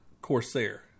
Corsair